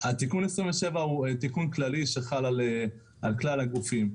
תיקון 27 הוא כללי שחל על כל הגופים.